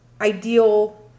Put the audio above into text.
ideal